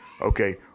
okay